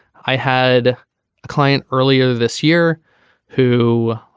i had a client earlier this year who